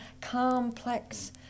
complex